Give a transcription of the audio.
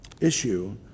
issue